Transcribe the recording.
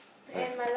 life